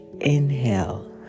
inhale